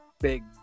big